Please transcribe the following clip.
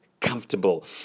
comfortable